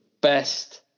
best